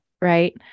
right